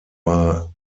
war